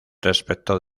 respecto